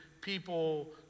people